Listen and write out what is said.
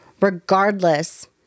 regardless